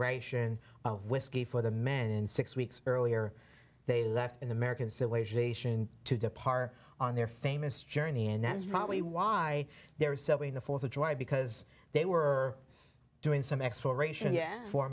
ration of whiskey for the men and six weeks earlier they left in american civil aviation to depart on their famous journey and that's probably why they were selling the fourth of july because they were doing some exploration here for